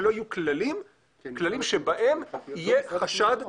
שלא יהיו כללים בהם יהיה חשד שתהיה הטעיה.